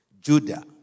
Judah